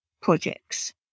projects